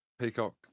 Peacock